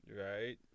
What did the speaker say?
Right